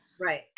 Right